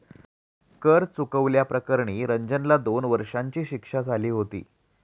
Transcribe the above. कर चुकवल्या प्रकरणी रंजनला दोन वर्षांची शिक्षा झाली होती